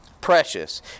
precious